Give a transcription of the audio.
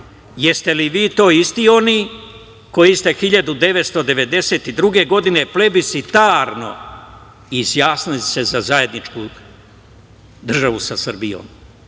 jeste li vi to isti oni koji ste 1992. godine plebiscitarno izjasnili ste za zajedničku državu sa Srbijom?